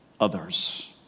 others